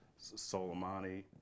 Soleimani